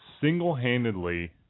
single-handedly